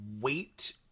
weight